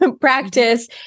practice